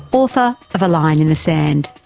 author of a line in the sand.